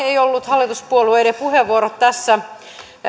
eivät hallituspuolueiden puheenvuorot olleet tässä